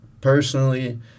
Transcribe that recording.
personally